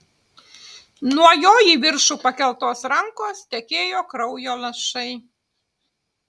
nuo jo į viršų pakeltos rankos tekėjo kraujo lašai